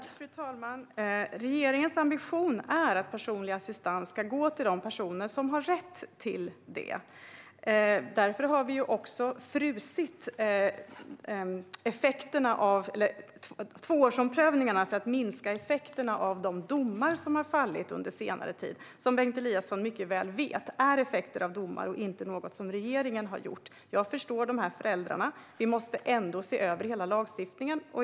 Fru talman! Regeringens ambition är att personlig assistans ska gå till de personer som har rätt till det. Därför har vi frusit tvåårsomprövningarna för att minska effekterna av de domar som har fallit under senare tid. Som Bengt Eliasson mycket väl vet är detta effekter av domar och inte något som regeringen har gjort. Jag förstår föräldrarna. Vi måste ändå se över hela lagstiftningen.